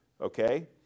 Okay